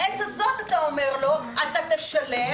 ובעת הזאת אתה אומר לו: אתה תשלם,